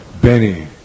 Benny